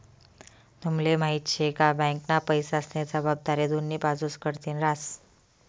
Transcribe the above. तुम्हले माहिती शे का? बँकना पैसास्नी जबाबदारी दोन्ही बाजूस कडथीन हास